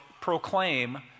proclaim